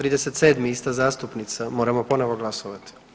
37. ista zastupnica, moramo ponovo glasovati.